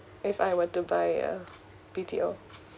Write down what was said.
if I were to buy a B_T_O